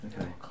Okay